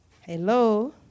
Hello